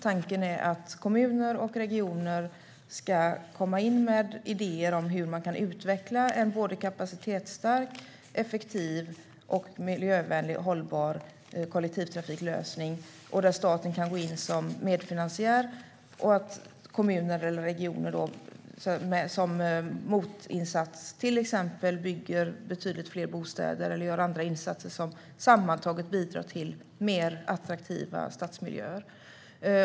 Tanken är att kommuner och regioner ska komma med idéer om hur man kan utveckla en kapacitetsstark, effektiv, miljövänlig och hållbar kollektivtrafiklösning, att staten går in som medfinansiär och att kommunerna och regionerna som motinsats till exempel bygger betydligt fler bostäder eller gör andra insatser som sammantaget bidrar till attraktivare stadsmiljöer.